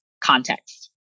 context